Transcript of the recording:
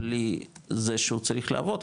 בלי זה שהוא צריך לעבוד,